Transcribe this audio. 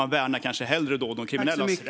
Ni värnar kanske hellre de kriminellas rätt.